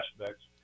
aspects